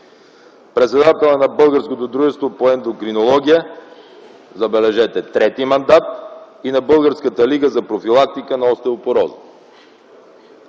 Председател е на Българското дружество по ендокринология, забележете, трети мандат и на Българската лига за профилактика на остеопорозата.